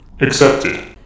Accepted